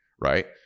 right